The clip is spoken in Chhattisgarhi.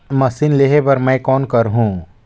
मशीन लेहे बर मै कौन करहूं?